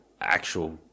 actual